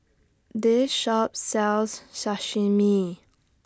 This Shop sells Sashimi